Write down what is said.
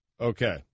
Okay